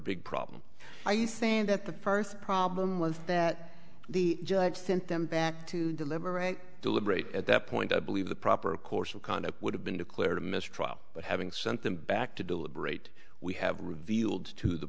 big problem are you saying that the first problem was that the judge sent them back to deliberate deliberate at that point i believe the proper course of conduct would have been declared a mistrial but having sent them back to deliberate we have revealed to the